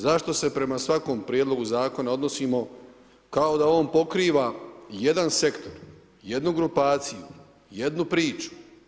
Zašto se prema svakom prijedlogu zakona odnosimo kao da on pokriva jedan sektor, jednu grupaciju, jednu priču.